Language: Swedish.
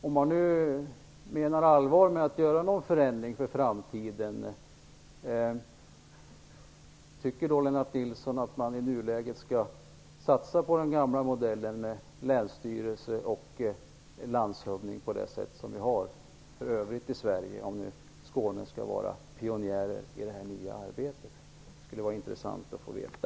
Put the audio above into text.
Tycker Lennart Nilsson att man skall satsa på den gamla modellen med länsstyrelse och landshövding på det sätt som vi har för övrigt i Sverige, om man menar allvar med att göra någon förändring för framtiden? Skåne skall ju vara pionjär i detta nya arbete. Det skulle vara intressant att få veta.